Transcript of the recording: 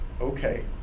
okay